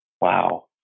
wow